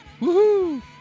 Woohoo